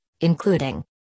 including